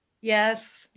yes